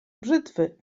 brzytwy